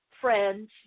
friends